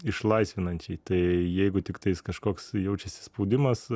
išlaisvinančiai tai jeigu tiktais kažkoks jaučiasi spaudimas